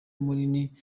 munini